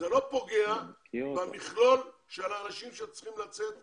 זה לא פוגע במכלול של האנשים שצריכים לצאת מהנמל.